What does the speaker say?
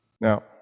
now